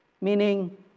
meaning